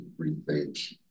rethink